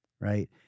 right